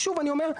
שוב אני אומר,